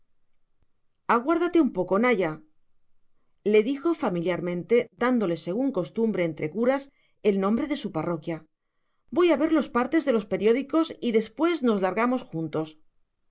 aguárdate un poco naya le dijo familiarmente dándole según costumbre entre curas el nombre de su parroquia voy a ver los partes de los periódicos y después nos largamos juntos